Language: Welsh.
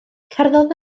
cerddodd